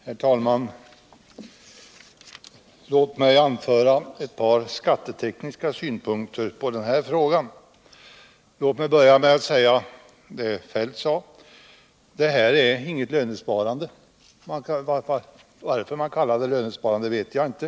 Herr talman! Låt mig få anföra ett par skattetekniska synpunkter på denna fråga. Jag vill börja med att säga som herr Feldt: Det här är inte något lönsparande. Varför man kallar det lönsparande vet jag inte.